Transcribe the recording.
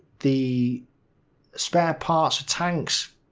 the spare parts for tanks,